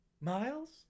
miles